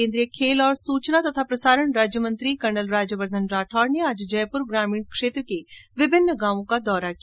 केन्द्रीय खेल और सूचना तथा प्रसारण राज्य मंत्री कर्नल राज्यवर्द्वन राठौड़ ने आज जयपुर ग्रामीण क्षेत्र के विभिन्न गांवों का दौरा किया